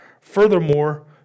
Furthermore